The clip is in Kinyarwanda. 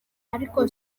ariko